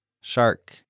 Shark